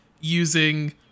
using